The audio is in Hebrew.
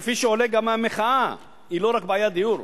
כפי שעולה גם מהמחאה, היא לא רק בעיית דיור.